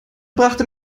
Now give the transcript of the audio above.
brachte